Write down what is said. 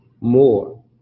more